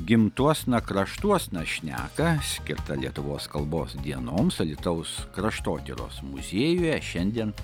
gimtuosna kraštuosna šneka skirta lietuvos kalbos dienoms alytaus kraštotyros muziejuje šiandien